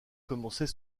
commençait